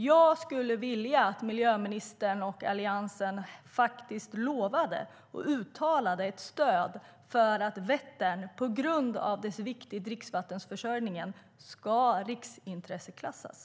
Jag skulle vilja att miljöministern och Alliansen uttalade ett stöd för att Vättern på grund av dess vikt för dricksvattenförsörjningen ska riksintresseklassas.